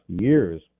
years